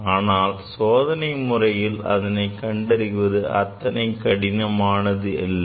ஆனால் சோதனை முறையில் அதனை கண்டறிவது அத்தனை கடினமானது இல்லை